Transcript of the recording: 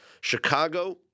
Chicago